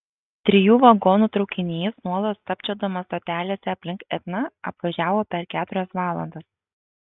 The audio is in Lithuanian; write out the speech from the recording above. trijų vagonų traukinys nuolat stabčiodamas stotelėse aplink etną apvažiavo per keturias valandas